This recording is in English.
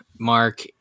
mark